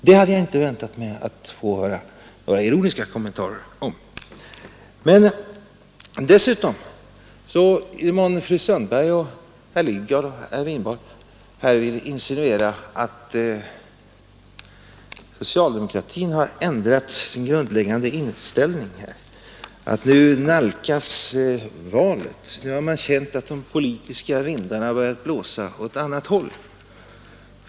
Det hade jag inte väntat mig att få höra några ironiska kommentarer om. Men dessutom vill kanske fru Sundberg och herr Lidgard nu insinuera att socialdemokratin har ändrat sin grundläggande inställning. Nu nalkas valet, och nu har man känt att de politiska vindarna börjat blåsa åt ett annat håll.